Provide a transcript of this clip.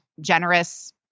generous